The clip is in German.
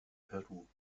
peru